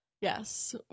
Yes